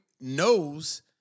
knows